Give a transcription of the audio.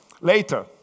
later